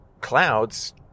clouds